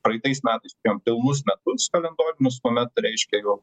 praeitais metais turėjom pilnus metus kalendorinius kuomet reiškia gal